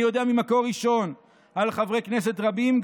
אני יודע ממקור ראשון על חברי כנסת רבים,